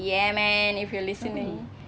ya man if you're listening